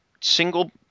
single